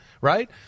right